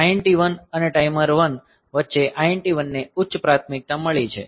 INT1 અને timer 1 વચ્ચે INT1 ને ઉચ્ચ પ્રાથમિકતા મળી છે